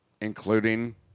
including